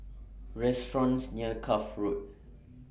restaurants near Cuff Road